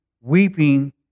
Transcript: weeping